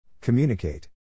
Communicate